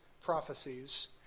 prophecies